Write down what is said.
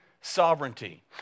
sovereignty